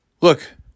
look